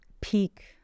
peak